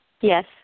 Yes